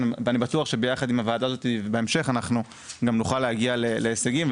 אני בטוח שביחד עם הוועדה הזו ובהמשך אנחנו גם נוכל להגיע להישגים,